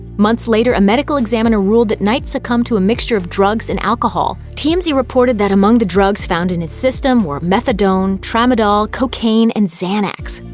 months later, a medical examiner ruled that knight succumbed to mixture of drugs and alcohol. tmz reported that among the drugs found in his system were methadone, tramadol, cocaine and xanax.